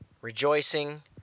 rejoicing